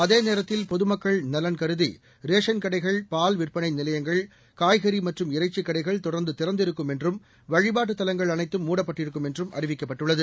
அதேநேரத்தில் பொதுமக்கள் நலன் கருதி ரேஷன் கடைகள் பால் விற்பனைநிலையங்கள் காய்கறிமற்றும் இறைச்சிக் கடைகள் தொடர்ந்துதிறந்திருக்கும் என்றும் வழிபாட்டுத் தலங்கள் அனைத்தும மூடப்பட்டிருக்கும் என்றும் அறிவிக்கப்பட்டுள்ளது